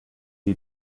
die